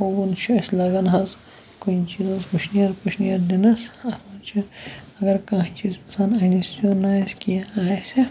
oven چھُ اَسہِ لَگان حظ کُنہِ چیٖزَس وُشنیر پُشنیر دِنَس اَتھ منٛز چھِ اگر کانٛہہ چیٖز اِنسان اَنہِ سیُن آسہِ کینٛہہ آسہِ